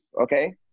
okay